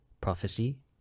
prophecy